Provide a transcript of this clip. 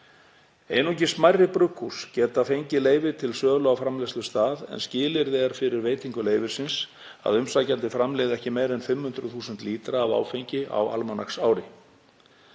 Einungis smærri brugghús geta fengið leyfi til sölu á framleiðslustað en skilyrði er fyrir veitingu leyfisins að umsækjandi framleiði ekki meira en 500.000 lítra af áfengi á almanaksári.